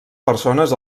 persones